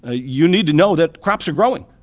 ah you need to know that crops are growing.